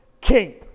king